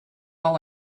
all